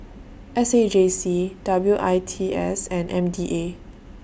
S A J C W I T S and M D A